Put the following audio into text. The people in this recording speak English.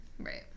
Right